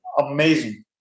amazing